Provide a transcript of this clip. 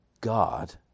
God